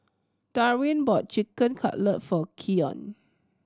Darwyn bought Chicken Cutlet for Keon